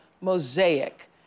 Mosaic